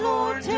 Lord